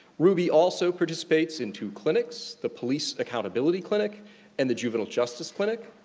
ruby also participates in two clinics, the police accountability clinic and the juvenile justice clinic.